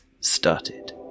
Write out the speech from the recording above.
started